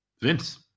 Vince